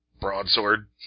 broadsword